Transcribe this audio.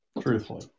truthfully